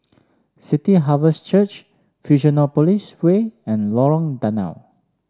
City Harvest Church Fusionopolis Way and Lorong Danau